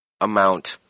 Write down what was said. amount